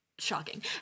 Shocking